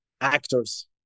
actors